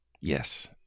Yes